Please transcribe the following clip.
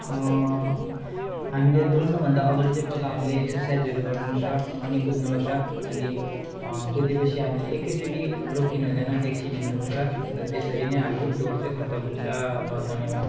हामीले दौड्नु भन्दा अगाडि चाहिँ पहिला हामीले एक्सर्साइजहरू गर्नु पर्छ अनि कुद्नु पर्छ अनि कुद्यो पछि हामीले एक चोटि रोकिनु हुँदैन एकछिन हिँड्नु पर्छ अन्त त्यसरी नै हाम्रो दौड चाहिँ खतम हुन्छ ल धन्यवाद